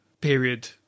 period